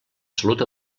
salut